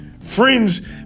friends